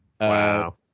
Wow